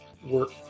work